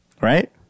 Right